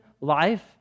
life